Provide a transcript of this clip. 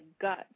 gut